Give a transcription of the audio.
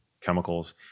chemicals